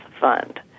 fund